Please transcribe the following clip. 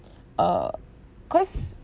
uh cause